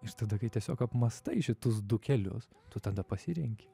ir tada kai tiesiog apmąstai šitus du kelius tu tada pasirenki